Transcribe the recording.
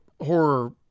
horror